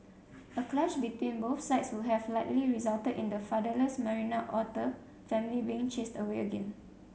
a clash between both sides would have likely resulted in the fatherless Marina otter family being chased away again